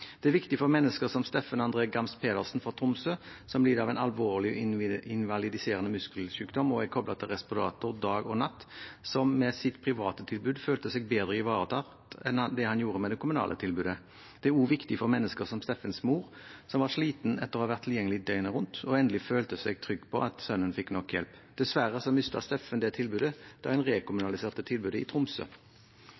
Det er viktig for mennesker som Steffen André Gamst Pedersen fra Tromsø, som lider av en alvorlig og invalidiserende muskelsykdom og er koblet til respirator dag og natt, som med sitt private tilbud følte seg bedre ivaretatt enn det han gjorde med det kommunale tilbudet. Det er også viktig for mennesker som Steffens mor, som var sliten etter å ha vært tilgjengelig døgnet rundt og endelig følte seg trygg på at sønnen fikk nok hjelp. Dessverre mistet Steffen det tilbudet da